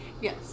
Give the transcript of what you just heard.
Yes